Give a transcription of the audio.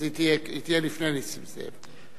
אז היא תהיה לפני נסים זאב.